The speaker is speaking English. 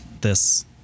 this-